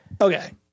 Okay